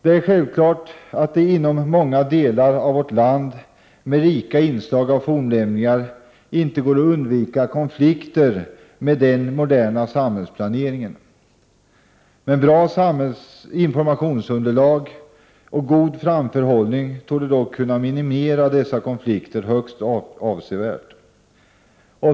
Det är självklart att det inom många delar av vårt land med rika inslag av fornlämningar inte går att undvika konflikter med den moderna samhällsplaneringen. Bra. informationsunderlag och god framförhållning torde dock kunna minimera dessa konflikter högst avsevärt.